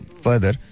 further